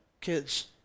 kids